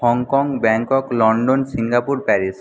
Hong Kong Bangkok London Singapore Paris